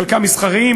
חלקם מסחריים,